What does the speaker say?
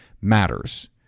matters